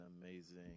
amazing